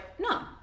no